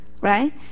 right